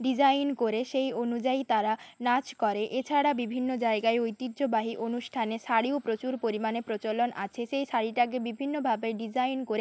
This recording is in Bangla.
ডিজাইন করে সেই অনুযায়ী তারা নাচ করে এছাড়া বিভিন্ন জায়গায় ঐতিহ্যবাহী অনুষ্ঠানে শাড়িও প্রচুর পরিমাণে প্রচলন আছে সেই শাড়িটাকে বিভিন্নভাবে ডিজাইন করে